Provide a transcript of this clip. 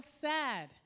sad